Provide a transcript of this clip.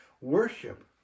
Worship